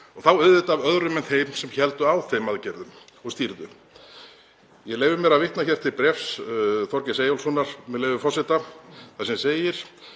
og þá auðvitað af öðrum en þeim sem héldu á þeim aðgerðum og stýrðu. Ég leyfi mér að vitna til bréfs Þorgeirs Eyjólfssonar, með leyfi forseta, þar sem segir: